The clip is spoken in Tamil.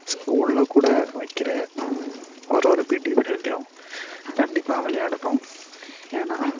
ஸ்கூலில் கூட வைக்கிற ஒரு ஒரு பீடி பீரியட்லையும் கண்டிப்பாக விளையாடணும் ஏனால்